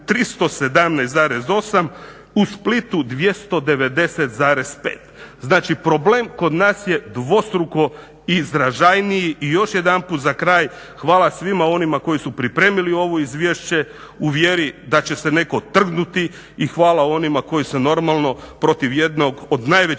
317,8, u Splitu 290,5. Znači, problem kod nas je dvostruko izražajniji. I još jedanput za kraj hvala svima onima koji su pripremili ovo izvješće u vjeri da će se netko trgnuti i hvala onima koji su normalno protiv jednog od najvećih